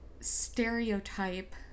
stereotype